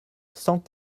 cent